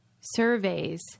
surveys